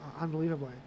unbelievably